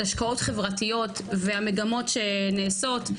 השקעות חברתיות והמגמות שנעשות,